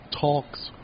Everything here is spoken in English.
talks